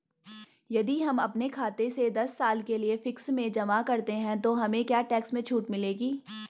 यदि हम अपने खाते से दस साल के लिए फिक्स में जमा करते हैं तो हमें क्या टैक्स में छूट मिलेगी?